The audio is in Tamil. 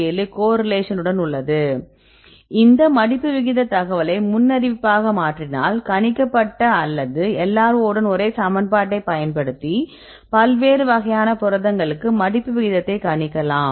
7 கோரிலேஷன் உடன் உள்ளது இந்த மடிப்பு விகித தகவலை முன்னறிவிப்பாக மாற்றினால் கணிக்கப்பட்ட அனைத்து LRO மற்றும் ஒரே சமன்பாட்டைப் பயன்படுத்தி பல்வேறு வகையான புரதங்களுக்கு மடிப்பு விகிதத்தை கணிக்கலாம்